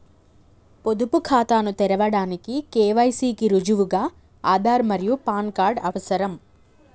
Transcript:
పొదుపు ఖాతాను తెరవడానికి కే.వై.సి కి రుజువుగా ఆధార్ మరియు పాన్ కార్డ్ అవసరం